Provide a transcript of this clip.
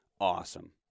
awesome